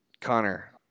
Connor